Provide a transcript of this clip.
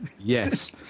Yes